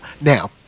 now